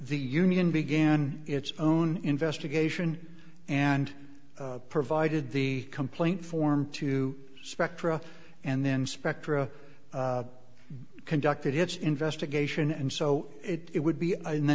the union began its own investigation and provided the complaint form to spectra and then spectra conducted its investigation and so it would be in the